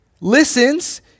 listens